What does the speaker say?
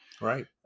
Right